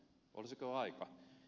olisiko aika